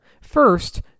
First